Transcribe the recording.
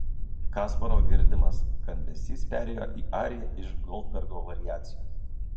kasparo girdimas skambesys perėjo į ariją iš goldbergo variacijų